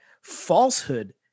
falsehood